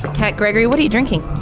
kat gregory, what are you drinking?